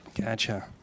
Gotcha